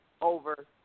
over